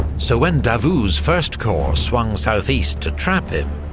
so when davout's first corps swung southeast to trap him,